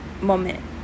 moment